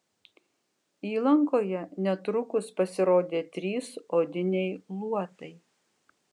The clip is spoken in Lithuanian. įlankoje netrukus pasirodė trys odiniai luotai